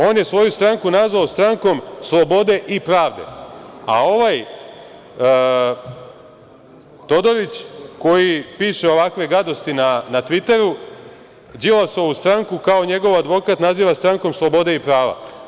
On je svoju stranku nazvao strankom slobode i pravde, a ovaj Todorić koji piše ovakve gadosti na Tviteru, Đilasovu stranku kao njegov advokat naziva strankom slobode i prava.